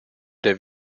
der